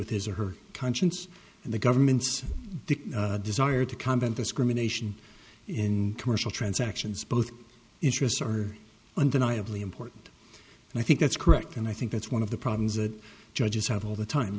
his or her conscience and the government's desire to comment discrimination in commercial transactions both interests are undeniably important and i think that's correct and i think that's one of the problems that judges have all the time